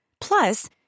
Plus